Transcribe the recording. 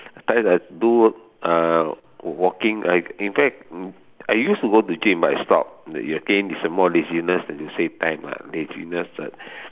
I do uh walking I in fact I used to go to gym but I stopped the routine is a more laziness than to say time ah laziness uh